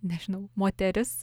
nežinau moteris